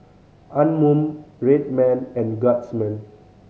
Anmum Red Man and Guardsman